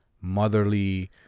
motherly